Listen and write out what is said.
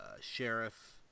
Sheriff